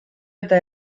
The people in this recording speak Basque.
eta